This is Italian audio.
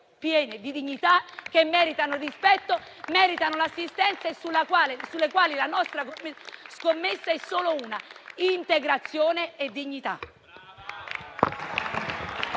piene di dignità, che meritano rispetto e assistenza, e sulle quali la nostra scommessa è solo una: integrazione e dignità.